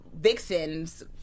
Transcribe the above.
Vixen's